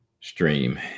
stream